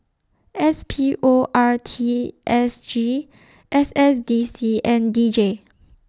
S P O R T S G S S D C and D J